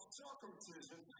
circumcision